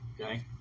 Okay